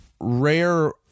rare